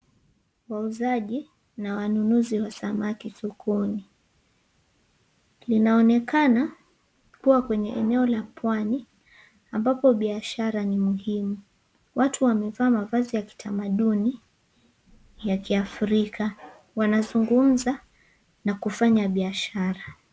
Wauzaji na wanunuzi wa samaki sokoni. Linaonekana kuwa kwenye eneo la Pwani ambapo biashara ni muhimu. Watu wamevaa mavazi ya kitamaduni ya kiafrika wanazungumza na kufanya biashara.